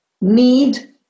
need